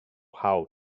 how